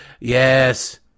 Yes